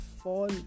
fall